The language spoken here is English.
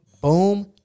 boom